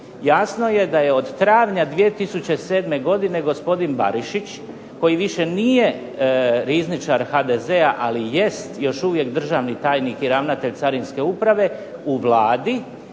jasno je da je od travnja 2007. godine gospodin Barišić, koji više nije rizničar HDZ-a, ali jest još uvijek državni tajnik i ravnatelj carinske uprave u Vladi,